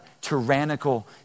tyrannical